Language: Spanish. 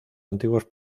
antiguos